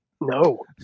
No